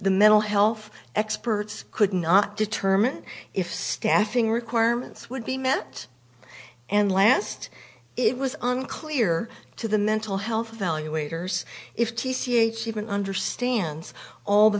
the mental health experts could not determine if staffing requirements would be met and last it was unclear to the mental health value waiters if t c h even understands all the